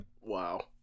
Wow